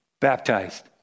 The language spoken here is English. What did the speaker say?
baptized